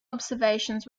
observations